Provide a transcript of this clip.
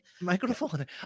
Microphone